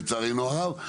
לצערנו הרב,